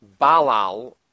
Balal